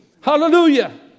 Hallelujah